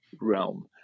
realm